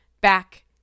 back